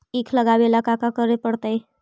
ईख लगावे ला का का करे पड़तैई?